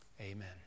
Amen